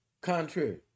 contrary